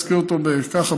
אזכיר אותו רק ככה,